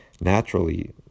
naturally